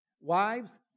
Wives